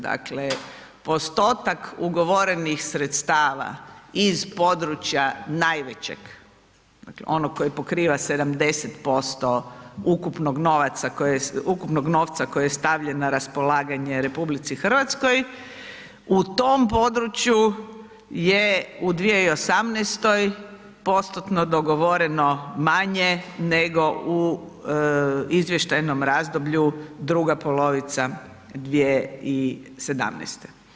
Dakle postotak ugovorenih sredstava iz područja najvećeg, dakle onog koji pokriva 70% ukupnog novca koji je stavljen na raspolaganje RH u tom području je u 2018. postotno dogovoreno manje nego u izvještajnom razdoblju druga polovica 2017.